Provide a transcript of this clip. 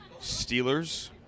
Steelers